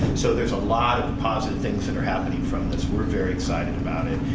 so there's a lot of positive things that are happening from this. we're very excited about it.